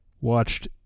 watched